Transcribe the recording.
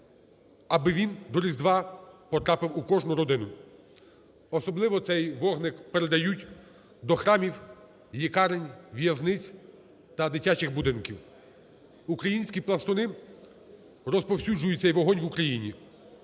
аби він до Різдва потрапив у кожну родину. Особливо цей вогник передають до храмів, лікарень, в'язниць та дитячих будинків. Українські пластуни розповсюджують цей вогонь в Україні.Знаково,